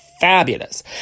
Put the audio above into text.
Fabulous